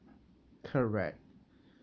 correct